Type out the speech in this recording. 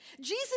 Jesus